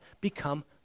become